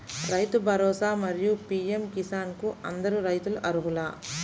రైతు భరోసా, మరియు పీ.ఎం కిసాన్ కు అందరు రైతులు అర్హులా?